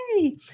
Yay